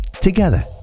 together